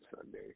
Sunday